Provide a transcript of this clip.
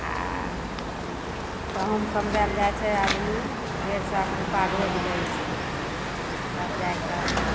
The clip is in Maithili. आ गहूॅंम कमबै लए जाइ छै आदमी तऽ डेढ़ सएके रूपा रोज लै छै तब जाइके